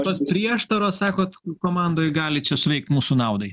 tos prieštaros sakot komandoj gali čia suveikt mūsų naudai